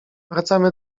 wracamy